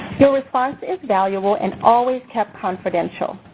your response is valuable and always kept confidential.